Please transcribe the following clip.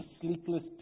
sleepless